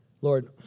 Lord